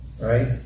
right